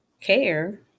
care